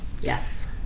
Yes